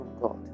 God